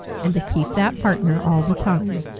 and to keep that partner all the time.